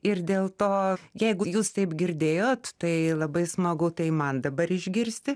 ir dėl to jeigu jūs taip girdėjot tai labai smagu tai man dabar išgirsti